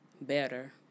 better